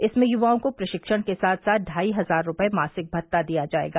इसमें युवाओं को प्रशिक्षण के साथ साथ ढाई हजार रूपये मासिक भत्ता दिया जाएगा